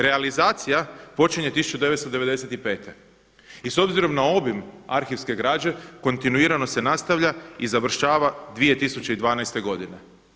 Realizacija počinje 1995. i s obzirom na obim arhivske građe kontinuirano se nastavlja i završava 2012. godine.